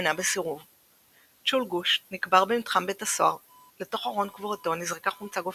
האיש שעמד מאחורי צ'ולגוש הכה אותו בערפו וגרם לו להפיל את אקדחו.